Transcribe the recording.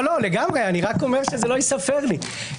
לגמרי, אני רק אומר שזה לא ייספר לי.